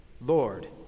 Lord